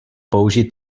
použít